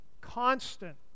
constant